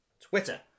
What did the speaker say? Twitter